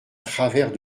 travers